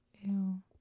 Ew